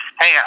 hey